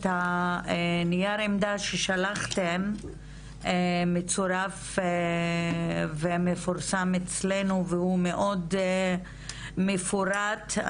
את הנייר עמדה ששלחתן מצורף ומפורסם אצלנו והוא מאוד מפורט.